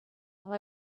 while